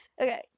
Okay